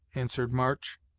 answered march.